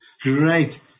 Great